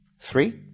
Three